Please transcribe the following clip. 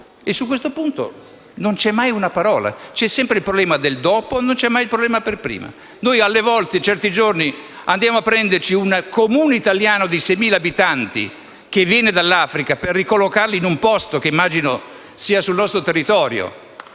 e su questo punto non c'è mai una parola. C'è sempre il problema del dopo, non c'è mai il problema del prima. Noi alle volte, certi giorni, andiamo a prenderci un Comune italiano di 6.000 abitanti che viene dall'Africa per ricollocarlo in un posto che immagino sia sul nostro territorio